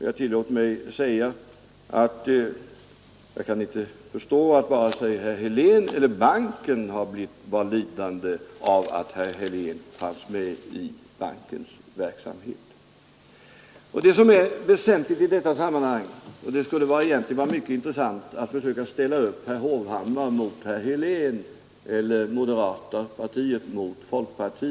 Jag tillåter mig säga att jag inte kan förstå att vare sig herr Helén eller banken blev lidande av att herr Helén fanns med i bankens verksamhet. Det skulle vara mycket intressant att ställa upp herr Hovhammar mot herr Helén eller moderata samlingspartiet mot folkpartiet.